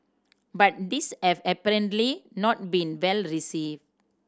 but these have apparently not been well received